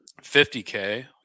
50K